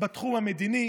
בתחום המדיני,